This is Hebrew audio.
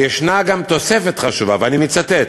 ויש גם תוספת חשובה ואני מצטט: